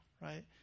right